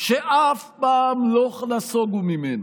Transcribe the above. שאף פעם לא נסוגו ממנו: